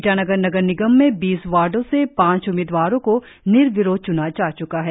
ईटानगर नगर निगम में बीस वार्डो से पांच उम्मीदवारो को निर्विरोध च्ना जा चूका है